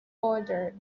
order